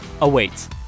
awaits